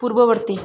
ପୂର୍ବବର୍ତ୍ତୀ